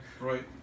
Right